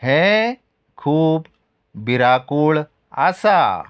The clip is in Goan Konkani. हें खूब भिरांकूळ आसा